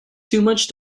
dust